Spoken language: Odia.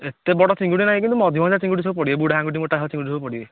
ଏତେ ବଡ ଚିଙ୍ଗୁଡି ନାହିଁ କିନ୍ତୁ ମଝି ମଝାଆ ଚିଙ୍ଗୁଡି ସବୁ ପଡ଼ିବେ ବୁଢା ଆଙ୍ଗୁଟି ମୋଟା ମୋଟା ଚିଙ୍ଗୁଡି ସବୁ ପଡ଼ିବେ